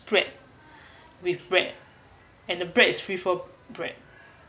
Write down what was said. spread with bread and the bread is free flow bread